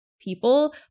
people